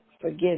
forgive